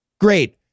Great